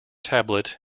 tablet